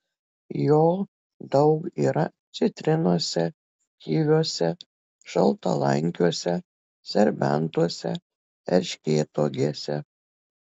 jo daug yra citrinose kiviuose šaltalankiuose serbentuose erškėtuogėse